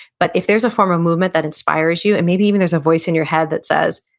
but if there's a form of movement that inspires you, and maybe even there's a voice in your head that says,